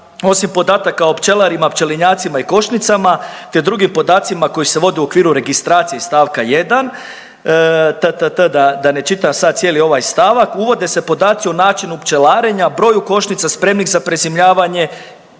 osim podataka o pčelarima, pčelinjacima i košnicama, te drugim podacima koji se vode u okviru registracije iz stavka 1, tttt da, da ne čitam sad cijeli ovaj stavak, uvode se podaci o načinu pčelarenja, broju košnica, spremnik za prezimljavanje,